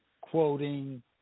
quoting